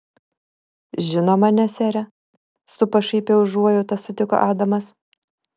žinoma ne sere su pašaipia užuojauta sutiko adamas